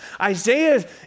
Isaiah